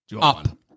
Up